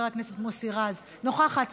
נוכחת,